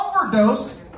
overdosed